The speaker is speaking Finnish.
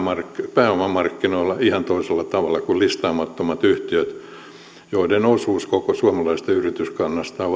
pääomamarkkinoilla ihan toisella tavalla kuin listaamattomat yhtiöt joiden osuus koko suomalaisesta yrityskannasta on